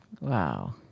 wow